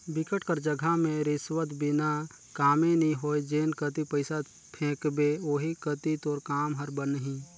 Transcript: बिकट कर जघा में रिस्वत बिना कामे नी होय जेन कती पइसा फेंकबे ओही कती तोर काम हर बनही